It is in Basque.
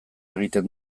egiten